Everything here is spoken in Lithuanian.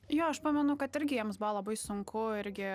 jo aš pamenu kad irgi jiems buvo labai sunku irgi